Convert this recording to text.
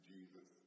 Jesus